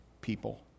people